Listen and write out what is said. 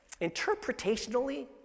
interpretationally